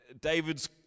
David's